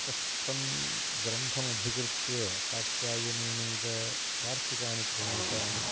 तत्र ग्रन्थमधिकृत्य कात्यायनेनैव वार्तिकानि प्रणीतानि